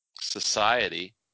society